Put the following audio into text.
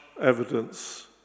evidence